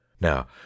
Now